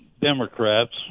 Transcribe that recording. Democrats